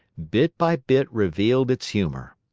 bit by bit revealed its humor.